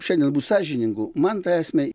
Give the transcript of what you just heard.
šiandien būt sąžiningu man tą esmę